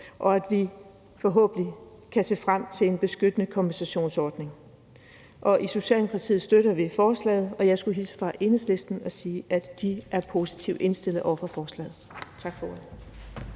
og at vi forhåbentlig kan se frem til en beskyttende kompensationsordning. I Socialdemokratiet støtter vi forslaget, og jeg skulle hilse fra Enhedslisten og sige, at de er positivt indstillet over for forslaget. Tak for